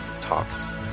talks